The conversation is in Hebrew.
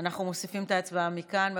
אנחנו מוסיפים את ההצבעה מכאן.